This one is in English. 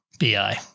BI